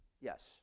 Yes